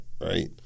right